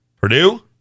Purdue